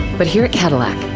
but here at cadillac.